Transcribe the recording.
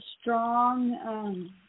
strong